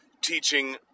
teaching